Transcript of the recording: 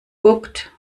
guckt